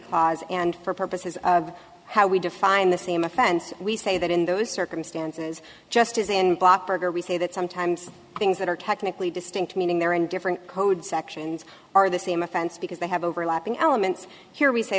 clause and for purposes of how we define the same offense we say that in those circumstances just as in berger we say that sometimes things that are technically distinct meaning there in different code sections are the same offense because they have overlapping elements here we say